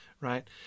Right